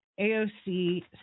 AOC